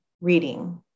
reading